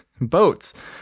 Boats